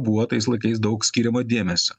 buvo tais laikais daug skiriamo dėmesio